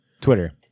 Twitter